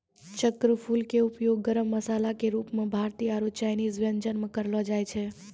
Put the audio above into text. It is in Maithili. चक्रफूल के उपयोग गरम मसाला के रूप मॅ भारतीय आरो चायनीज व्यंजन म करलो जाय छै